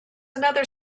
another